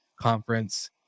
conference